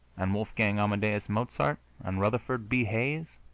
and wolfgang amadeus mozart? and rutherford b. hayes?